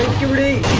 three